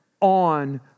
on